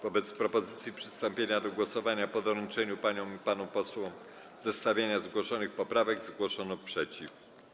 Wobec propozycji przystąpienia do głosowania po doręczeniu paniom i panom posłom zestawienia zgłoszonych poprawek zgłoszono sprzeciw.